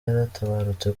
yaratabarutse